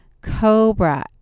Cobra